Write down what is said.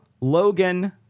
Logan